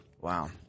Wow